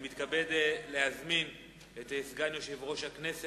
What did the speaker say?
אני מתכבד להזמין את סגן יושב-ראש הכנסת,